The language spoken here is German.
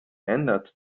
ändert